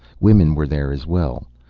women were there as well.